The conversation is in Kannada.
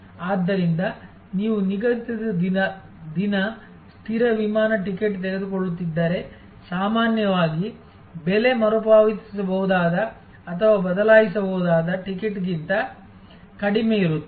ಆದ್ದರಿಂದ ನೀವು ನಿಗದಿತ ದಿನ ಸ್ಥಿರ ವಿಮಾನ ಟಿಕೆಟ್ ತೆಗೆದುಕೊಳ್ಳುತ್ತಿದ್ದರೆ ಸಾಮಾನ್ಯವಾಗಿ ಬೆಲೆ ಮರುಪಾವತಿಸಬಹುದಾದ ಅಥವಾ ಬದಲಾಯಿಸಬಹುದಾದ ಟಿಕೆಟ್ಗಿಂತ ಕಡಿಮೆಯಿರುತ್ತದೆ